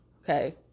Okay